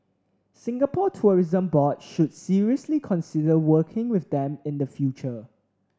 Singapore Tourism Board should seriously consider working with them in future